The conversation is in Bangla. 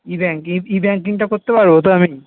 ই ব্যাংক ই ই ব্যাংকিংটা করতে পারব তো আমি